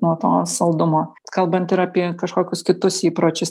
nuo to saldumo kalbant ir apie kažkokius kitus įpročius